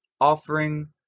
offering